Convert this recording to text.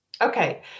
Okay